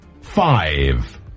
Five